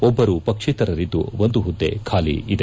ಒಬ್ಬರು ಪಕ್ಷೇತರರಿದ್ದು ಒಂದು ಹುದ್ದೆ ಖಾಲಿ ಇದೆ